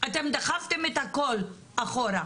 אתם דחפתם את הכל אחורה,